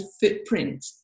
footprint